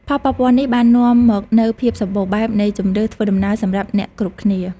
ផលប៉ះពាល់នេះបាននាំមកនូវភាពសម្បូរបែបនៃជម្រើសធ្វើដំណើរសម្រាប់អ្នកគ្រប់គ្នា។